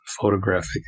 photographic